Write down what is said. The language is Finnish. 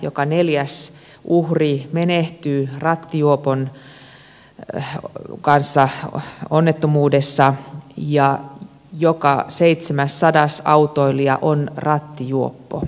joka neljäs uhri menehtyy onnettomuudessa rattijuopon kanssa ja joka seitsemässadas autoilija on rattijuoppo